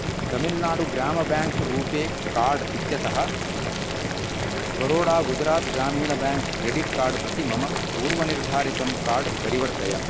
तमिल्नाडुग्राम bank RuPay card इत्यतः बरोडा गुजरात् ग्रामिण bank credit card प्रति मम पूर्वनिर्धारितं कार्ड् परिवर्तय